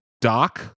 doc